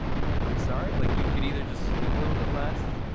i'm sorry, like you could either just sleep a little bit less.